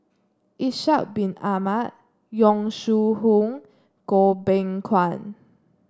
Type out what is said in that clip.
Ishak Bin Ahmad Yong Shu Hoong Goh Beng Kwan